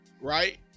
right